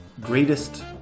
greatest